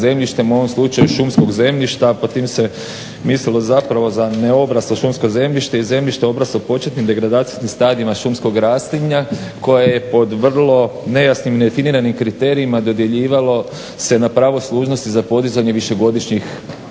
u ovom slučaju šumskog zemljišta, pod tim se mislilo zapravo za neobraslo šumsko zemljište i zemljište obraslo početnim degradacijskim stadijima šumskog raslinja koja je pod vrlo nejasnim, nedefiniranim kriterijima dodjeljivalo se na pravo služnosti za podizanje višegodišnjih